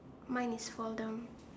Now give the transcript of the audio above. mine is fall down